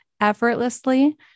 effortlessly